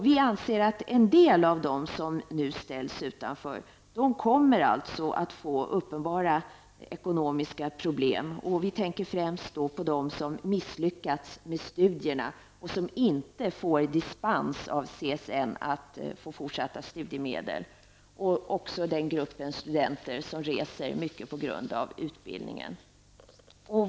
Vi anser att en del av dem som nu ställs utanför kommer att få uppenbara ekonomiska problem. Vi tänker främst på dem som misslyckats med studierna och som inte får dispens av CSN för fortsatta studiemedel, liksom på den grupp studenter som reser mycket på grund av utbildningen.